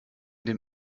dem